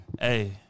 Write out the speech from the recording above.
Hey